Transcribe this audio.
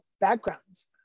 backgrounds